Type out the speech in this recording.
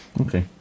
Okay